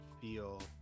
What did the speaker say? feel